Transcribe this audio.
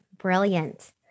brilliant